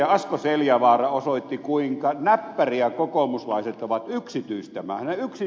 asko seljavaara osoitti kuinka näppäriä kokoomuslaiset ovat yksityistämään